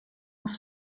off